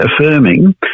affirming